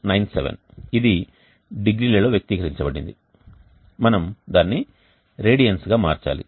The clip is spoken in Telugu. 97 ఇది డిగ్రీలలో వ్యక్తీకరించబడింది మనము దానిని రేడియన్స్ గా మార్చాలి